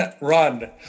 run